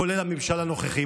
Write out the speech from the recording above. כולל הממשל הנוכחי.